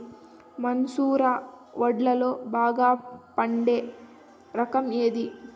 మసూర వడ్లులో బాగా పండే రకం ఏది?